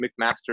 McMaster